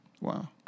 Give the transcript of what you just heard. Wow